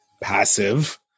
passive